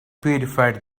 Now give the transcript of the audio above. purified